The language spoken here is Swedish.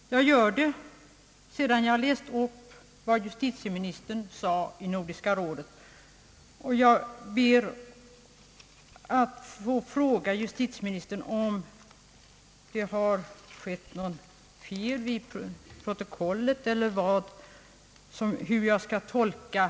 Jag gör det efter att ha läst vad justitieministern sade i Nordiska rådet. Jag ber att få fråga justitieministern hur jag skall tolka hans avslutningsord i Oslo. Kan det möjligen ha blivit något fel i protokollet?